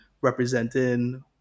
representing